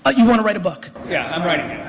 ah you want to write a book. yeah, i'm writing